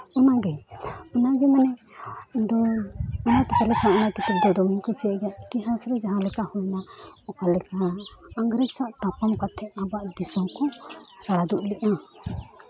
ᱚᱱᱟᱜᱮ ᱚᱱᱟᱜᱮ ᱢᱟᱱᱮ ᱫᱚ ᱚᱱᱟ ᱠᱤᱛᱟᱹᱵ ᱫᱚ ᱫᱚᱢᱮᱧ ᱠᱩᱥᱤᱭᱟᱜ ᱜᱮᱭᱟ ᱤᱛᱤᱦᱟᱥ ᱨᱮ ᱡᱟᱦᱟᱸ ᱞᱮᱠᱟ ᱦᱩᱭᱮᱱᱟ ᱚᱠᱟ ᱞᱮᱠᱟ ᱤᱝᱨᱮᱡᱽ ᱥᱟᱶ ᱛᱟᱯᱟᱢ ᱠᱟᱛᱮᱫ ᱟᱵᱚᱣᱟᱜ ᱫᱤᱥᱚᱢ ᱠᱚ ᱨᱟᱲᱟ ᱫᱩᱜ ᱞᱮᱫᱼᱟ